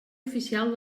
oficial